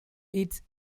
eats